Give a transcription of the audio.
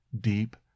deep